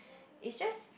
is just